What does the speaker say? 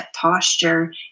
posture